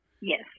Yes